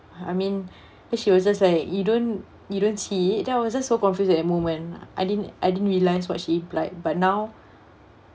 I mean then she was just like you don't you don't see it then I was just so confused at that moment I didn't I didn't realise what she implied but now